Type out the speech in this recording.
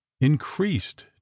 increased